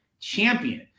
champion